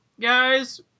guys